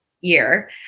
year